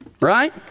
right